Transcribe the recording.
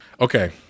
Okay